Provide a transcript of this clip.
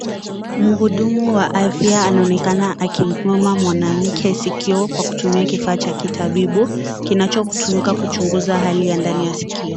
Mhudumu wa afya anaonekana akimpima mwanamke sikio kwa kutumia kifaa cha kitabibu, kinachotumika kuchunguza hali ya ndani ya sikio.